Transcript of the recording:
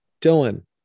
dylan